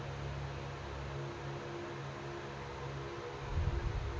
NPK ರಸಗೊಬ್ಬರದಾಗ K ಅಕ್ಷರವು ಯಾವ ಪೋಷಕಾಂಶವನ್ನ ಪ್ರತಿನಿಧಿಸುತೈತ್ರಿ?